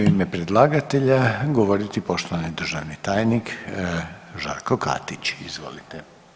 u ime predlagatelja govoriti poštovani državni tajnik, Žarko Katić, izvolite.